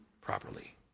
properly